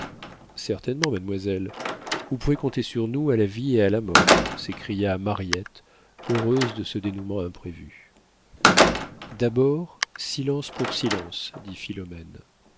certainement mademoiselle vous pouvez compter sur nous à la vie et à la mort s'écria mariette heureuse de ce dénoûment imprévu d'abord silence pour silence dit